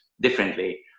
differently